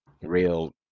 real